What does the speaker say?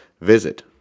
Visit